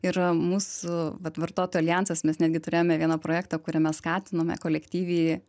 ir mūsų vat vartotojų aljansas mes netgi turėjome vieną projektą kuriame skatinome kolektyviai